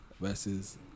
versus